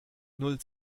null